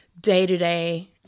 day-to-day